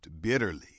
bitterly